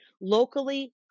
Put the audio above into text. locally